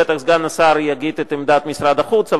בטח סגן השר יגיד את עמדת משרד החוץ,